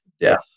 death